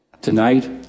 tonight